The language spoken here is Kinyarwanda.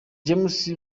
james